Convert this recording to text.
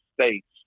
States